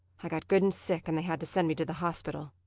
i got good and sick and they had to send me to the hospital.